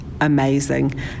amazing